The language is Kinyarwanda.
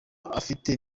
afite